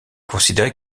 considéré